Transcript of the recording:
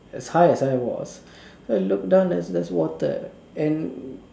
as high as I was so I look down there's there's water and